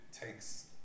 takes